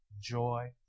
joy